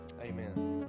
amen